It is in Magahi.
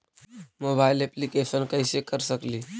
मोबाईल येपलीकेसन कैसे कर सकेली?